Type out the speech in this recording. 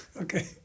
okay